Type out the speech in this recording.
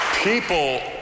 People